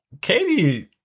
Katie